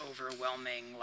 overwhelming